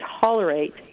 tolerate